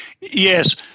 Yes